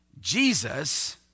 Jesus